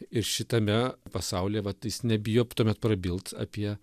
ir šitame pasaulyje vat jis nebijo tuomet prabilt apie